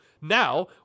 Now